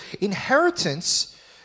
inheritance